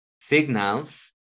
signals